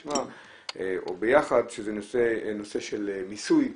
שזה נושא של מיסוי,